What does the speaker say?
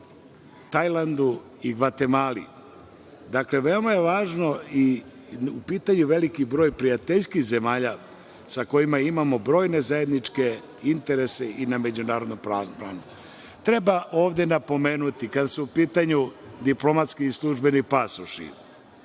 Tajlandu i Gvatemali, veoma je važan i u pitanju je veliki broj prijateljskih zemalja sa kojima imamo brojne zajedničke interese i na međunarodnom planu. Treba ovde napomenuti kada su u pitanju diplomatski i službeni pasoši